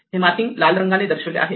हे मार्किंग लाल रंगाने दर्शवले आहे